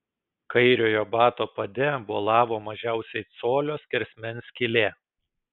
kairiojo bato pade bolavo mažiausiai colio skersmens skylė